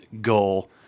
goal